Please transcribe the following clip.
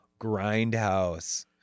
Grindhouse